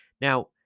now